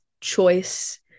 choice